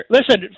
Listen